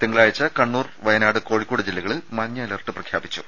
തിങ്കളാഴ്ച കണ്ണൂർ വയനാട് കോഴിക്കോട് ജില്ലകളിൽ മഞ്ഞ അലർട്ട് പ്രഖ്യാപിച്ചു